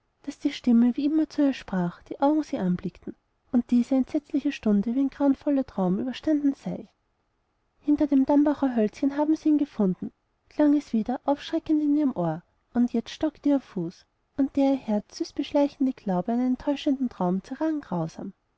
daß die stimme wie immer zu ihr sprach die augen sie anblickten und diese entsetzliche stunde wie ein grauenvoller traum überstanden sei hinter dem dambacher hölzchen haben sie ihn gefunden klang es aber wieder aufschreckend in ihrem ohr und jetzt stockte ihr fuß und der ihr herz süß beschleichende glaube an einen täuschenden traum zerrann grausam